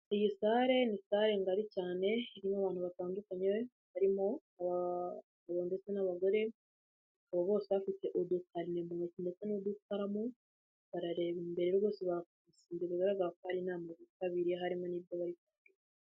Iyi salle ni sale ngari cyane irimo abantu batandukanye, barimo abagabo ndetse n'abagore, abo bose bafite udutari mutoki ndetse n'udutaramu, barareba imbere rwose bigaragara ko ari inama bitabiriye, harimo n'abayobozi.